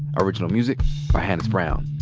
original music by hannis brown.